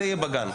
זה יהיה בגן.